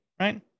Right